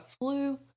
flu